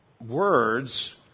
words